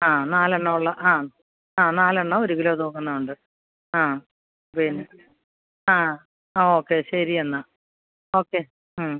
ആ നാല് എണ്ണമുള്ള ആ നാല് എണ്ണം ഒരു കിലോ തൂങ്ങുന്നത് ഉണ്ട് ആ പിന്നെ ആ ഓക്കെ ശരി എന്നാൽ ഓക്കെ